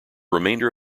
remainder